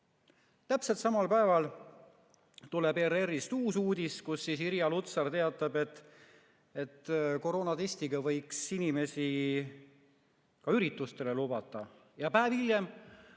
Täpselt samal päeval tuli ERR‑ist uudis, kus Irja Lutsar teatas, et koroonatestiga võiks inimesi ka üritustele lubata, ja päev hiljem